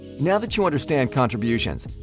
now that you understand contributions,